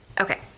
Okay